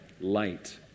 light